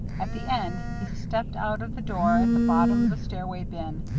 at the end he stepped out of the door at the bottom of the stairway bin,